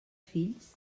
fills